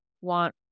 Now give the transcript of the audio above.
want